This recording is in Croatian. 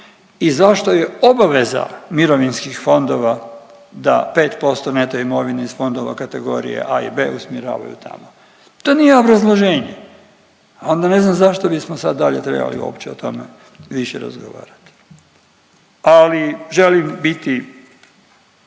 i zašto je obaveza mirovinskih fondova da 5% neto imovine iz fondova kategorije A i B usmjeravaju tamo. To nije obrazloženje. Onda ne znam zašto bismo sad dalje trebali uopće o tome više razgovarati. Ali želim biti